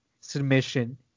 submission